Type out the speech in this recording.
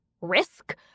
risk